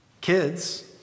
Kids